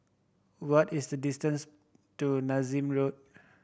what is the distance to Nassim Road